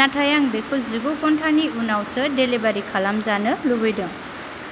नाथाय आं बेखौ जिगु घन्टानि उनावसो डेलिबारि खालामजानो लुबैदों